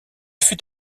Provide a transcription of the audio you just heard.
fut